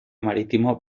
marítimo